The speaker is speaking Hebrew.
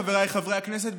חבריי חברי הכנסת,